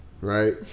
right